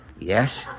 Yes